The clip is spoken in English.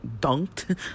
dunked